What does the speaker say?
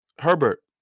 Herbert